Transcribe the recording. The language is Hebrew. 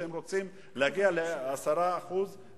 שהם רוצים להגיע ל-10.5%,